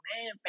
man